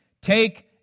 Take